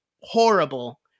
horrible